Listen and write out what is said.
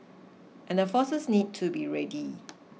and forces need to be ready